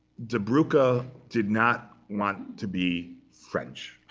die brucke ah did not want to be french.